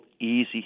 easy